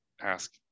ask